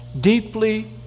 Deeply